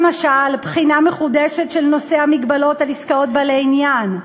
למשל בחינה מחודשת של נושא המגבלות על עסקאות בעלי עניין,